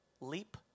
leap